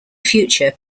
future